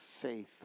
faith